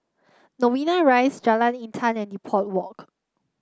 Novena Rise Jalan Intan and Depot Walk